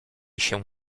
się